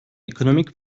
ekonomik